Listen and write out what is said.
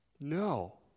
No